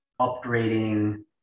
upgrading